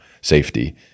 safety